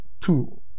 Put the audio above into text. Two